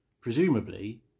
presumably